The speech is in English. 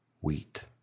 Wheat